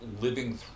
living